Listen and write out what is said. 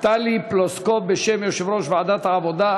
טלי פלוסקוב בשם יושב-ראש ועדת העבודה,